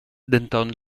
denton